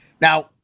Now